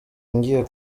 ngiye